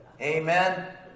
Amen